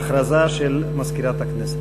ההכרזה של מזכירת הכנסת.